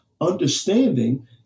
understanding